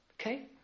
okay